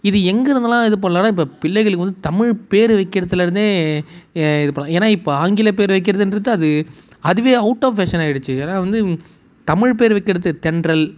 இது எங்கிருந்துலாம் இது பண்ணலான்னா இப்போ பிள்ளைகளுக்கு வந்து தமிழ் பேர் வைக்கிறதில் இருந்தே இது பண்ணலாம் ஏன்னா இப்போ ஆங்கில பேர் வைக்கிறதுன்றது அது அதுவே அவுட் ஆப் ஃபேஷனாகிடுச்சி ஏன்னா வந்து தமிழ் பேர் வைக்கிறது தென்றல்